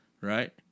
Right